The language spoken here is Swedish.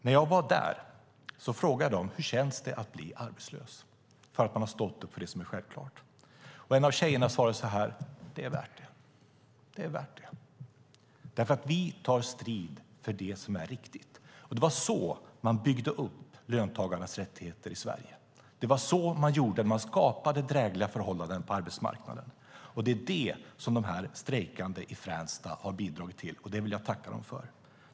När jag var där frågade jag dem: Hur känns det att bli arbetslös för att man har stått upp för det som är självklart? En av tjejerna svarade så här: Det är värt det. Det är värt det, därför att vi tar strid för det som är riktigt. Det var så man byggde upp löntagarnas rättigheter i Sverige. Det var så man gjorde när man skapade drägliga förhållanden för arbetsmarknaden. Det är det som de strejkande i Fränsta har bidragit till, och det vill jag tacka dem för.